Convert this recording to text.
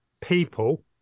people